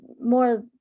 more